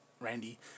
Randy